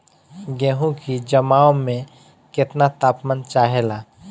गेहू की जमाव में केतना तापमान चाहेला?